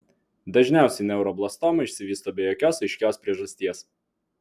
dažniausiai neuroblastoma išsivysto be jokios aiškios priežasties